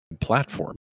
platform